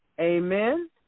Amen